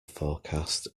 forecast